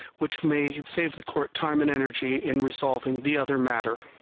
which may save the court time and energy in resolving the other matter.